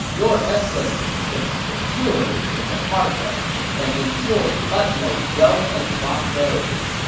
your excellency sits securely in the heartlands and enjoy the utmost wealth and prosperity.